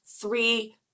three